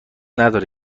نداره